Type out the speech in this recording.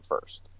first